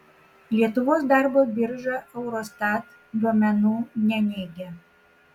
lietuvos darbo birža eurostat duomenų neneigia